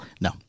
No